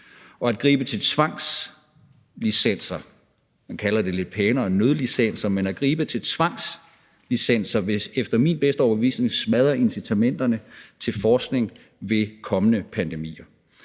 At gribe til tvangslicenser – man kalder det lidt pænere nødlicenser – vil efter min bedste overbevisning smadre incitamenterne til forskning ved kommende pandemier.